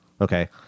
okay